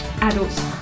adults